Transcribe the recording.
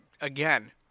again